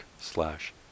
slash